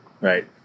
Right